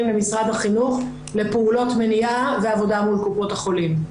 למשרד החינוך לפעולות מניעה ועבודה מול קופות החולים.